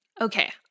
Okay